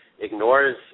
ignores